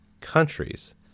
countries